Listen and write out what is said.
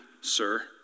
sir